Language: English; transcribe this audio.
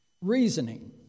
reasoning